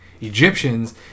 egyptians